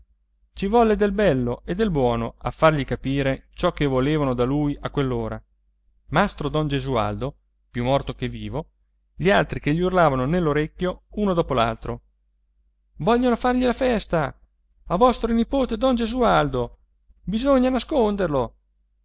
ci volle del bello e del buono a fargli capire ciò che volevano da lui a quell'ora mastro don gesualdo più morto che vivo gli altri che gli urlavano nell'orecchio uno dopo l'altro vogliono fargli la festa a vostro nipote don gesualdo bisogna nasconderlo